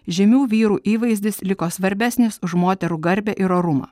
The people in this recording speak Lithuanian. žymių vyrų įvaizdis liko svarbesnis už moterų garbę ir orumą